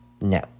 No